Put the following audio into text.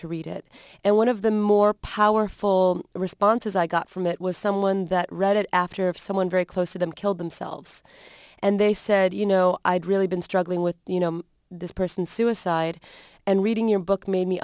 to read it and one of the more powerful responses i got from it was someone that read it after of someone very close to them killed themselves and they said you know i'd really been struggling with you know this person suicide and reading your book made me